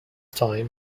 time